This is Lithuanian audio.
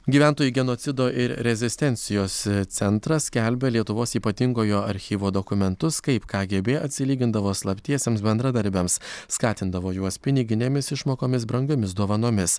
gyventojų genocido ir rezistencijos centras skelbia lietuvos ypatingojo archyvo dokumentus kaip kgb atsilygindavo slaptiesiems bendradarbiams skatindavo juos piniginėmis išmokomis brangiomis dovanomis